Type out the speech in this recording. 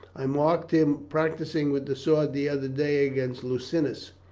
i marked him practising with the sword the other day against lucinus,